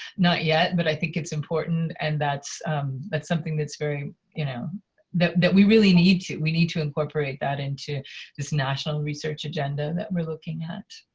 not yet, but i think it's important, and that's that's something that's very you know that that we really need to. we need to incorporate that into this national research agenda and that we're looking at.